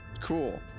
cool